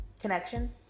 connection